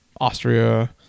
austria